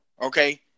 Okay